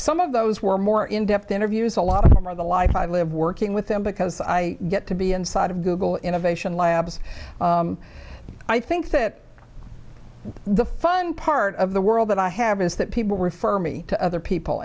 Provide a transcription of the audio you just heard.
some of those were more in depth interviews a lot of them are the life i live working with them because i get to be inside of google innovation labs i think that the fun part of the world that i have is that people refer me to other people